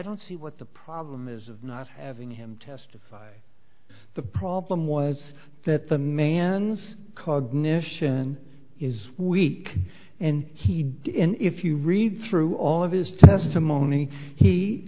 don't see what the problem is of not having him testify the problem was that the man's cognition is weak and he didn't if you read through all of his testimony he